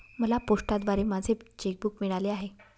मला पोस्टाद्वारे माझे चेक बूक मिळाले आहे